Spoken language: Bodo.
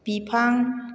बिफां